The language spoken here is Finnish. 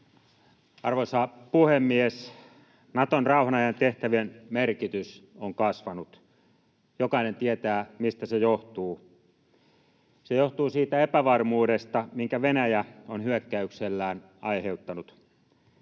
Arvoisa puhemies! Naton rauhan ajan tehtävien merkitys on kasvanut. Jokainen tietää, mistä se johtuu. Se johtuu siitä epävarmuudesta, minkä Venäjä on hyökkäyksellään aiheuttanut.